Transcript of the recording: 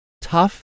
tough